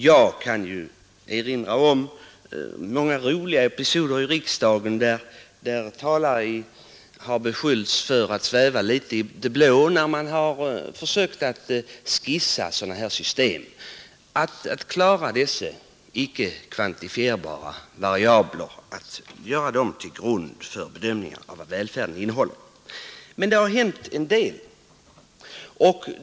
Jag kan erinra om många roliga episoder i riksdagen, då talare har beskyllts för att sväva litet i det blå när de försökt att skissera sådana här system, att begagna dessa inte s som om ingenting har kvantifierbara variabler och att lägga dem till grund för en bedömning av vad välfärden innehåller. Det har hänt en del.